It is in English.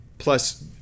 Plus